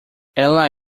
ela